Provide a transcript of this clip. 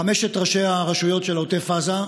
חמשת ראשי הרשויות של עוטף עזה,